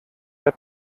der